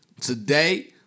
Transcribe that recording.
today